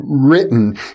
written